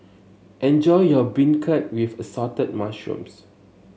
enjoy your beancurd with Assorted Mushrooms